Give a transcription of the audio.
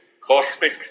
cosmic